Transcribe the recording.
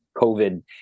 COVID